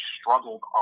struggled